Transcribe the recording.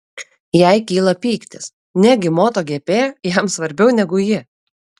jai kyla pyktis negi moto gp jam svarbiau negu ji